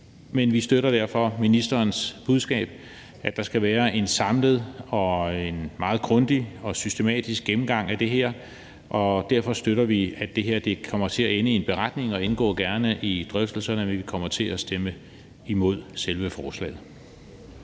derfor støtter ministerens budskab om, at der skal være en samlet og en meget grundig og systematisk gennemgang af det her. Derfor støtter vi, at det her kommer til at ende i en beretning, og vi indgår gerne i drøftelserne, men vi kommer til at stemme imod selve forslaget.